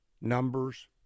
numbers